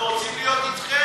אנחנו רוצים להיות אתכם.